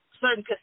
certain